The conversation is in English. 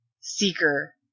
seeker